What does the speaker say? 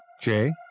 Jay